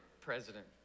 president